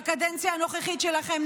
בקדנציה הנוכחית שלכם,